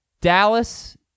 Dallas